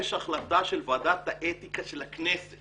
יש החלטה של ועדת האתיקה של הכנסת